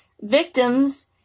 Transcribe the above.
victims